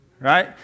Right